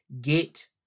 get